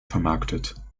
vermarktet